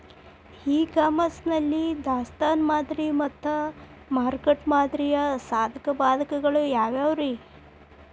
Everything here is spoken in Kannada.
ಇ ಕಾಮರ್ಸ್ ನಲ್ಲಿ ದಾಸ್ತಾನು ಮಾದರಿ ಮತ್ತ ಮಾರುಕಟ್ಟೆ ಮಾದರಿಯ ಸಾಧಕ ಬಾಧಕಗಳ ಯಾವವುರೇ?